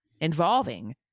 involving